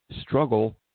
struggle